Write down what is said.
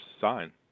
sign